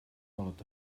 байгаад